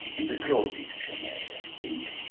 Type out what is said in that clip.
and the grove dictionary, i so think,